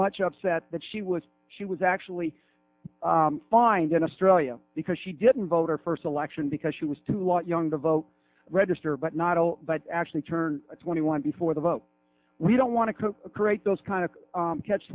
much upset that she was she was actually find in australia because she didn't vote or first election because she was too young to vote register but not all but actually turn twenty one before the vote we don't want to create those kind of catch